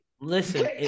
Listen